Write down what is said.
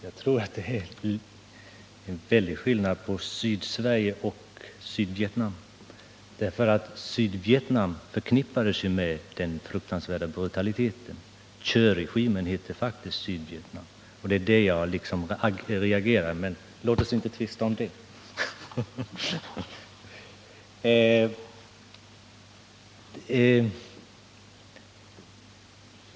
Herr talman! Det är en väldig skillnad uttrycksmässigt att säga Sydsverige eller Sydvietnam. Sydvietnam förknippades ju med den fruktansvärda brutaliteten. Thieuregimens område hette faktiskt Sydvietnam. Det var detta jag reagerade mot, men låt oss inte tvista om det.